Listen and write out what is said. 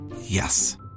Yes